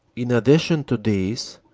in addition to these,